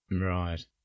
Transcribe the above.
Right